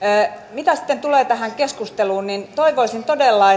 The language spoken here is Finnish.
mitä sitten tulee tähän keskusteluun niin toivoisin todella